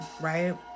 right